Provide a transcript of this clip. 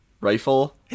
rifle-